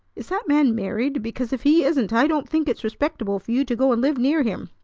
is that man married? because, if he isn't, i don't think it's respectable for you to go and live near him!